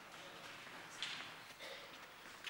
סליחה.